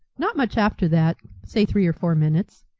not much after that, say three or four minutes,